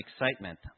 excitement